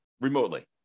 remotely